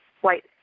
white